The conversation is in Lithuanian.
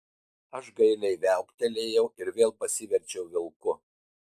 aš gailiai viauktelėjau ir vėl pasiverčiau vilku